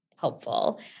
helpful